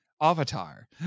avatar